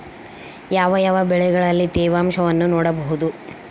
ಯಾವ ಯಾವ ಬೆಳೆಗಳಲ್ಲಿ ತೇವಾಂಶವನ್ನು ನೋಡಬಹುದು?